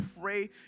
pray